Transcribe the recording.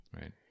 Right